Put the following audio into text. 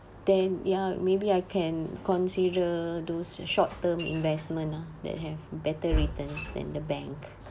then ya maybe I can consider those short-term investment ah that have better returns than the bank